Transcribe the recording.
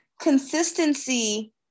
Consistency